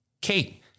Kate